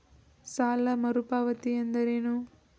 ಸಾಲ ಮರುಪಾವತಿ ಎಂದರೇನು?